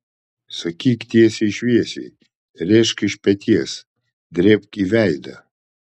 sakyk tiesiai šviesiai rėžk iš peties drėbk į veidą